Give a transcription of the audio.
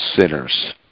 sinners